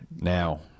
Now